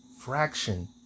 fraction